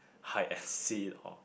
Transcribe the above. hide and seek or